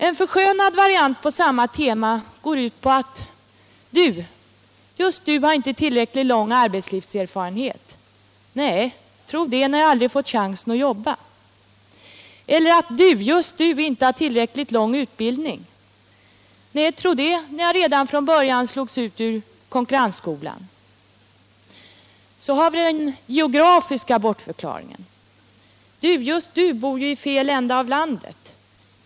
En förskönad variant på samma tema går ut på att du, just du, inte har tillräckligt lång arbetslivserfarenhet. Nej, undra på det när jag aldrig har fått chansen att jobba. Eller att du, just du, inte har tillräckligt lång utbildning. Nej, undra på det när jag redan från början slogs ut ur konkurrensskolan. Så har vi den geografiska bortförklaringen: Du, just du, bor i fel ända av landet.